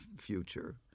future